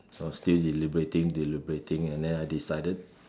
so I still deliberating deliberating and then I decided